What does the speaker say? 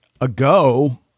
ago